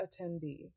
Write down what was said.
attendees